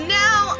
now